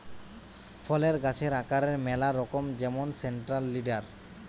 ফলের গাছের আকারের ম্যালা রকম যেমন সেন্ট্রাল লিডার